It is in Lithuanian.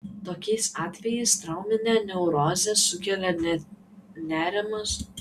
tokiais atvejais trauminę neurozę sukelia ne nerimas